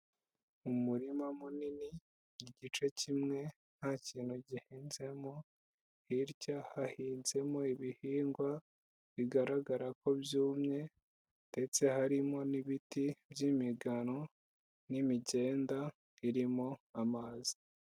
Umurima munini, igice kimwe nta kintu gihinzemo, hirya hahinzemo ibihingwa bigaragara ko byumye ndetse harimo n'ibiti by'imigano n'imigenda irimo amazi.